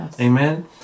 Amen